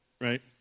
right